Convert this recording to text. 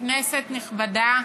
כנסת נכבדה,